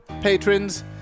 patrons